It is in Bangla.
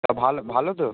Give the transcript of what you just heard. তা ভালো ভালো তো